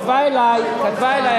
כתבה לי,